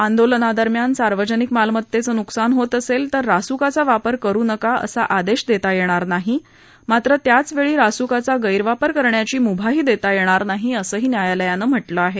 आंदोलनांदरम्यान सार्वजनिक मालमत्तेचं नुकसान होत असेल तर रासुकाचा वापर करू नका असा आदेश देता येणार नाही मात्र त्याचवेळी रासुकाचा गैरवापर करण्याची मुभाही देता येणार नाही असंही न्यायालयानं म्हाक्रिं आहे